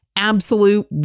absolute